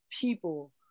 people